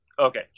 Okay